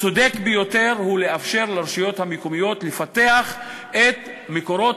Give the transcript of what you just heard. הצודק ביותר הוא לאפשר לרשויות המקומיות לפתח את מקורות